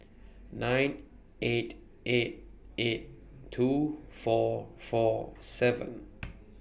nine eight eight eight two four four seven